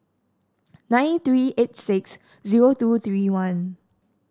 nine three eight six zero two three one